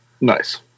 nice